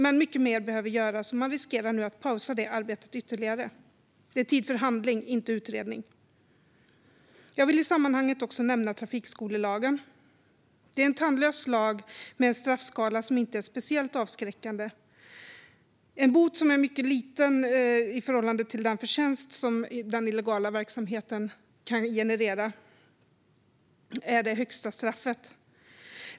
Men mycket mer behöver göras, och man riskerar nu att ytterligare pausa arbetet. Det är tid för handling, inte utredning. Jag vill i sammanhanget också nämna trafikskolelagen. Det är en tandlös lag med en straffskala som inte är speciellt avskräckande. Det högsta straffet är en bot som är mycket liten i förhållande till den förtjänst som den illegala verksamheten kan generera.